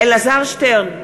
אלעזר שטרן,